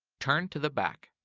turn to the back.